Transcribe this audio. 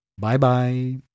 Bye-bye